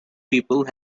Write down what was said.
people